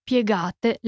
Piegate